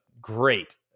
great